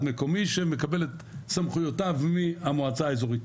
מקומי שמקבל את סמכויותיו מהמועצה האזורית.